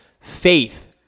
faith